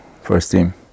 first-team